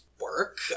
work